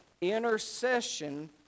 intercession